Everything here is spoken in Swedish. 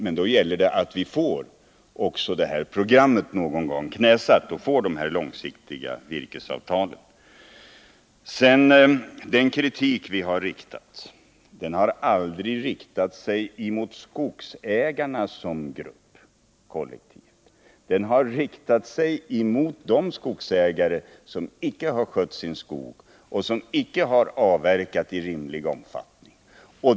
Men det gäller att vi någon gång får detta program knäsatt och får dessa långsiktiga virkesavtal. Den kritik vi har framfört har aldrig riktats mot skogsägarna som kollektiv. Den har riktat sig mot de skogsägare som icke skött sin skog och som icke har avverkat i rimlig omfattning.